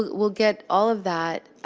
we'll get all of that.